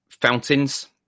fountains